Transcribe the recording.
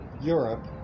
Europe